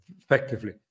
effectively